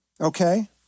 okay